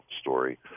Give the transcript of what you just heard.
story